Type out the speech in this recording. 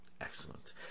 Excellent